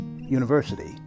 University